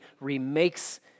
remakes